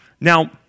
Now